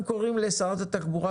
אנחנו קוראים לשרת התחבורה,